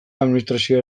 administrazioa